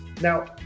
Now